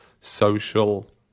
social